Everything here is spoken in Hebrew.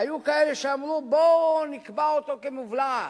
והיו כאלה שאמרו: בואו נקבע אותו כמובלעת,